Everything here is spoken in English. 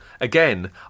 Again